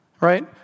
right